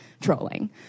trolling